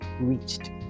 reached